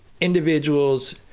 individuals